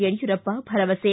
ಯಡಿಯೂರಪ್ಪ ಭರವಸೆ